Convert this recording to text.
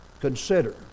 consider